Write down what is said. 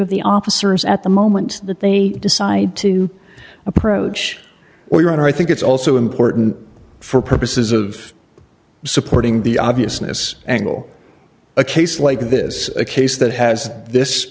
of the officers at the moment that they decide to approach or your honor i think it's also important for purposes of supporting the obviousness angle a case like this a case that has this